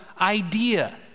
idea